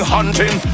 Hunting